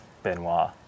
Benoit